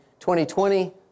2020